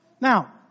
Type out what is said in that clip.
Now